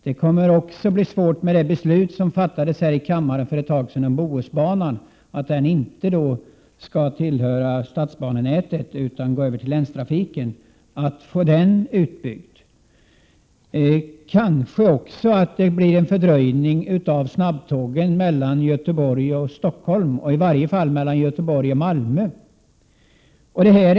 Det beslut som fattades i kammaren för en tid sedan om att Bohusbanan inte skall tillhöra statsbanenätet utan övergå till länstrafiken kommer också att innebära att det blir svårt att få Bohusbanan utbyggd. Det kan också bli en fördröjning av införandet av snabbtåg mellan Göteborg och Stockholm, i varje fall kan så bli fallet när det gäller snabbtåg mellan Göteborg och Malmö.